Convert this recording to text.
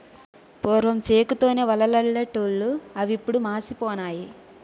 పూర్వం సేకు తోని వలలల్లెటూళ్లు అవిప్పుడు మాసిపోనాయి